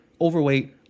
overweight